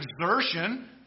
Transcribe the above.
exertion